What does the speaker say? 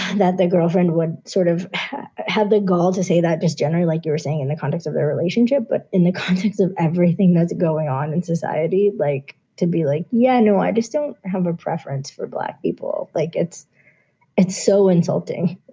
that the girlfriend would sort of have the gall to say that just generally, like you were saying, in the context of their relationship. but in the context of everything that's going on in society, like to be like, yeah, no, i just don't have a preference for black people. like, it's it's so insulting.